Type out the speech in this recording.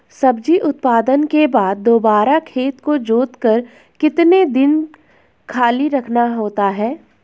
सब्जी उत्पादन के बाद दोबारा खेत को जोतकर कितने दिन खाली रखना होता है?